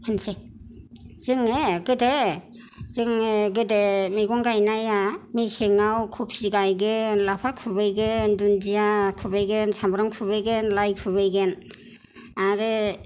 होनसै जोङो गोदो जोङो गोदो मैगं गायनाया मेसेङाव कफि गायगोन लाफा खुबैगोन दुन्जिया खुबैगोन सामब्राम खुबैगोन लाय खुबैगोन आरो